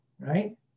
right